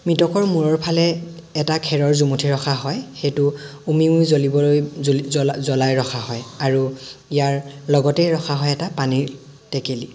মৃতকৰ মূৰৰ ফালে এটা খেৰৰ জুমুঠি ৰখা হয় সেইটো উমি উমি জ্বলিবলৈ জ্বলাই ৰখা হয় আৰু ইয়াৰ লগতেই ৰখা হয় এটা পানীৰ টেকেলি